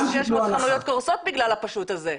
אבל 600 חנויות קורסות בגלל הפשוט הזה.